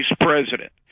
president